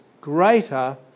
greater